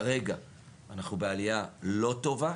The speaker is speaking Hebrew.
כרגע אנחנו בעלייה לא טובה,